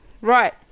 Right